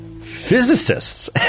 physicists